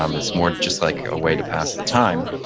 um it's more just like a way to pass the time.